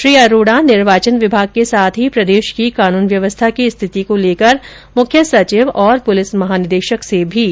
श्री अरोडा निर्वाचन विभाग के साथ ही प्रदेश की कानुन व्यवस्था की स्थिति को लेकर मुख्य सचिव और पुलिस महानिदेशक से भी चर्चा करेंगे